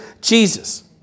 Jesus